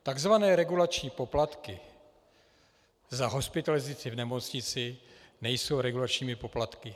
Takzvané regulační poplatky za hospitalizaci v nemocnici nejsou regulačními poplatky.